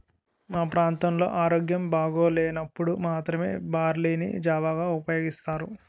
మా ప్రాంతంలో ఆరోగ్యం బాగోలేనప్పుడు మాత్రమే బార్లీ ని జావగా ఉపయోగిస్తారు